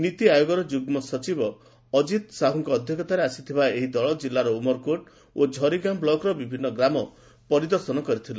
ନୀତିଆୟୋଗର ଯୁଗ୍ଗ ସଚିବ ଅଜିତ୍ ସାହୁଙ୍କ ଅଧ୍ଘକ୍ଷତାରେ ଆସିଥିବା ଏହି ଦଳ ଜିଲ୍ଲାର ଉମରକୋଟ ଓ ଝରିଗାଁ ବ୍ଲକର ବିଭିନ୍ନ ଗ୍ରାମ ପରିଦର୍ଶନ କରିଥିଲେ